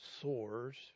soars